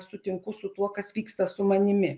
sutinku su tuo kas vyksta su manimi